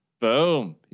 Boom